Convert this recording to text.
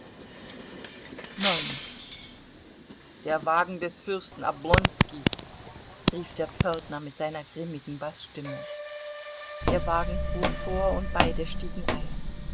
der wagen des fürsten oblonski rief der pförtner mit seiner grimmigen baßstimme der wagen fuhr vor und beide stiegen ein